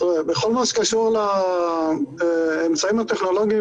בכל מה שקשור לאמצעים הטכנולוגיים